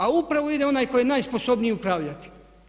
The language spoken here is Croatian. A upravo ide onaj tko je najsposobniji upravljati.